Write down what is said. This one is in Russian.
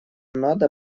надо